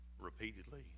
repeatedly